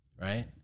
Right